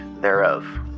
thereof